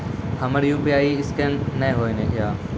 हमर UPI scan नेय हो या?